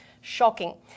Shocking